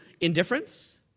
indifference